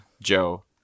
Joe